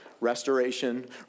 Restoration